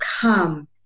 come